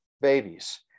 babies